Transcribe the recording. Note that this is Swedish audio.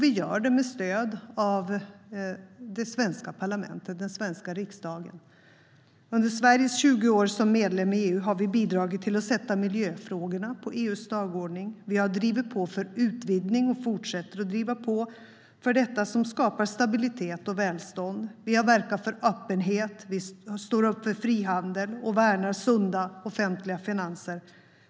Vi gör det med stöd av det svenska parlamentet, den svenska riksdagen. Under Sveriges 20 år som medlem i EU har vi bidragit till att sätta miljöfrågorna på EU:s dagordning. Vi har drivit på för utvidgning, och vi fortsätter att driva på. Det skapar stabilitet och välstånd. Vi verkar för öppenhet, vi står upp för frihandel och vi värnar sunda offentliga finanser.